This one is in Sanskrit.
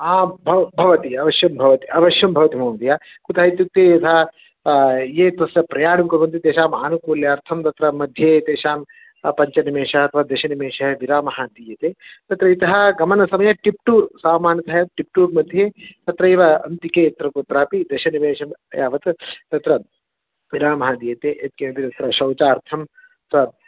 आं भव भवति अवश्यं भवति अवश्यं भवति महोदय कुतः इत्युक्ते यथा ये तस्य प्रयाणं कुर्वन्ति तेषाम् आनुकूल्यार्थं तत्र मध्ये एतेषां पञ्चनिमेषाः अथवा दशनिमेषे विरामः दीयते तत्र इतः गमनसमये तिप्टूर् सामान्यतः तिप्टूर् मध्ये तत्रैव अन्तिके यत्र कुत्रापि दशनिमेषं यावत् तत्र विरामः दीयते यत्किमपि तत्र शौचार्थम् अथवा